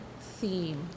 theme